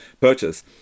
purchase